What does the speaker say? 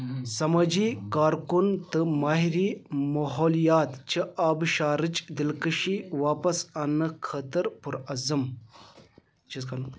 سمٲجی کارکُن تہٕ مٲہرِی ماحولیات چھِ آبشارٕچ دِلکٔشی واپس انٛنہٕ خٲطرٕ پُرعزم